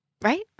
Right